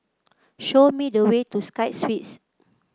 show me the way to Sky Suites